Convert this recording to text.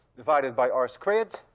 divided by r squared